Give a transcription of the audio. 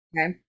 Okay